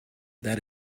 that